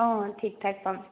অঁ ঠিক ঠাক পাম